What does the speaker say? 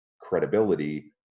credibility